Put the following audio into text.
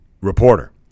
reporter